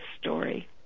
story